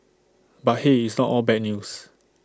but hey it's not all bad news